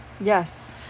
Yes